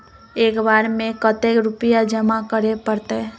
एक बार में कते रुपया जमा करे परते?